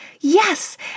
Yes